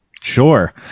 sure